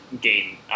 game